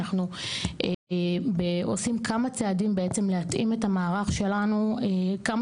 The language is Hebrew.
אנחנו עושים כמה צעדים בעצם להתאים את המערך שלנו כמה